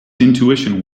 intuition